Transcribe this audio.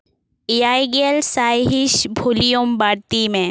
ᱮᱭᱟᱭ ᱜᱮᱞ ᱥᱟᱭ ᱦᱤᱸᱥ ᱵᱷᱚᱞᱤᱭᱩᱢ ᱵᱟᱹᱲᱛᱤᱭ ᱢᱮ